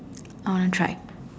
I wanna try